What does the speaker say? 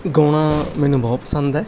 ਗਾਉਣਾ ਮੈਨੂੰ ਬਹੁਤ ਪਸੰਦ ਹੈ